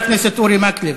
חבר הכנסת אורי מקלב.